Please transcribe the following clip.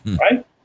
right